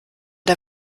der